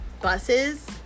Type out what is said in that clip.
buses